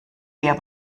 wir